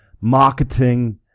marketing